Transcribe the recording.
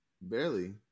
barely